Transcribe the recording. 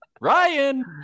Ryan